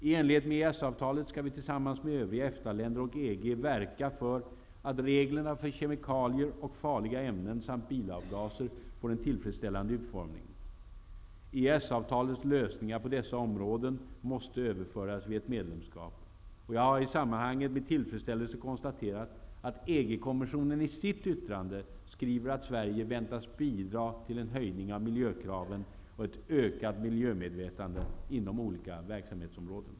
I enlighet med EES-avtalet skall vi tillsammans med övriga EFTA-länder och EG verka för att reglerna för kemikalier och farliga ämnen samt bilavgaser får en tillfredsställande utformning. EES-avtalets lösningar på dessa områden måste överföras vid ett medlemskap. Jag har i sammanhanget med tillfredsställelse konstaterat att EG-kommissionen i sitt yttrande skriver att Sverige väntas bidra till en höjning av miljökraven och ett ökat miljömedvetande inom olika verksamhetsområden.